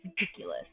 ridiculous